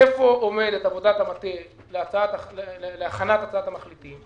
איפה עומדת עבודת המטה להכנת הצעת המחליטים,